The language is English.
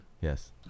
Yes